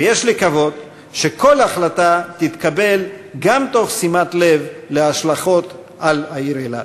ויש לקוות שכל החלטה תתקבל גם בשימת לב להשלכות על העיר אילת.